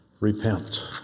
Repent